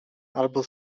albo